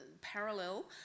parallel